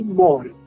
more